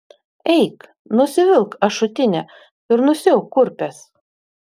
eik nusivilk ašutinę ir nusiauk kurpes